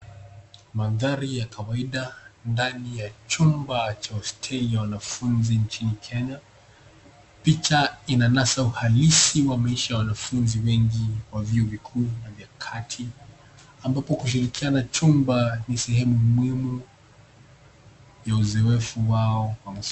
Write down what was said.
Mandhari ya kawaida ndani ya chumba cha hosteli ya wanafunzi nchini Kenya. Picha inanasa uhalisi wa maisha ya wanafunzi wengi wa vyuo vikuu na vya kati, ambapo kushirikiana chumba ni sehemu muhimu ya uzoefu wao wa masomo.